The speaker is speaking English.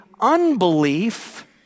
unbelief